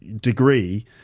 degree